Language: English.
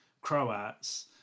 Croats